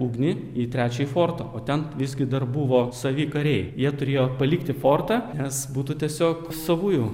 ugnį į trečiajį fortą o ten visgi dar buvo savi kariai jie turėjo palikti fortą nes būtų tiesiog savųjų